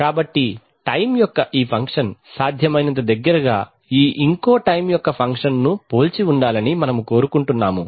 కాబట్టి టైమ్ యొక్క ఈ ఫంక్షన్ సాధ్యమైనంత దగ్గరగా ఈ ఇంకో టైమ్ యొక్క ఫంక్షన్ను పోల్చి ఉండాలని మనము కోరుకుంటున్నాము